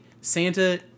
Santa